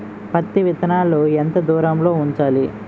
పత్తి విత్తనాలు ఎంత దూరంలో ఉంచాలి?